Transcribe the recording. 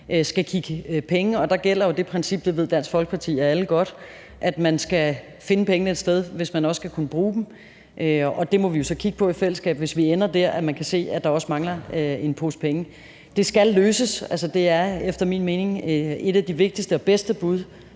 skal give penge, og der gælder jo det princip – det ved Dansk Folkeparti af alle godt – at man skal finde pengene et sted, hvis man skal kunne bruge dem. Det må vi jo så kigge på i fællesskab, hvis vi ender der, hvor vi kan se, at der mangler en pose penge. Det skal løses. Det er efter min mening et af de vigtigste og bedste bud,